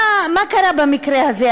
מה קרה במקרה הזה?